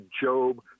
Job